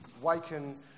waken